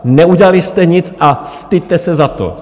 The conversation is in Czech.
Neudělali jste nic a styďte se za to!